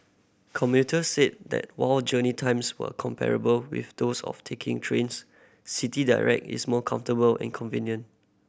commuters said that while journey times were comparable with those of taking trains City Direct is more comfortable and convenient